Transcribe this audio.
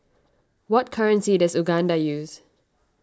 what currency does Uganda use